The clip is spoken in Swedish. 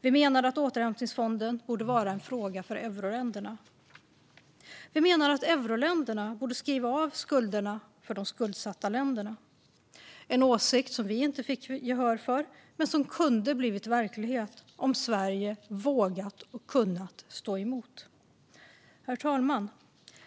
Vi menade att återhämtningsfonden borde vara en fråga för euroländerna. Vi menade att euroländerna borde skriva av skulderna för de skuldsatta länderna - en åsikt som vi inte fick gehör för men som kunde ha blivit verkligheten om Sverige hade vågat stå emot. Herr talman!